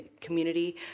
community